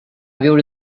viure